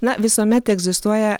na visuomet egzistuoja